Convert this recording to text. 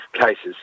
cases